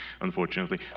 unfortunately